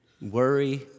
worry